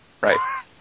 Right